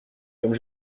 comme